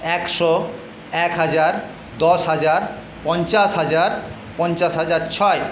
একশো এক হাজার দশ হাজার পঞ্চাশ হাজার পঞ্চাশ হাজার ছয়